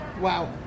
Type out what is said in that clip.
Wow